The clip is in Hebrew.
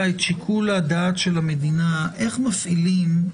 את שיקול הדעת של המדינה איך מפעילים.